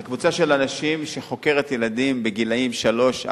זה קבוצה של אנשים שחוקרת ילדים בגילים שלוש,